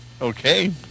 Okay